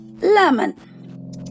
lemon